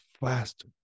faster